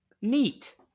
Neat